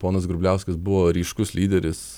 ponas grubliauskas buvo ryškus lyderis